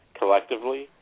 collectively